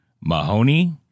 Mahoney